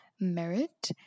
merit